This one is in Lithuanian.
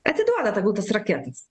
atiduoda tegul tas raketas